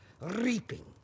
reaping